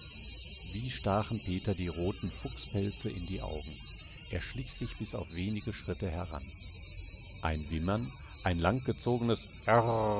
wie stachen peter die roten fuchspelze in die augen er schlich sich bis auf wenige schritte heran ein wimmern ein langgezogenes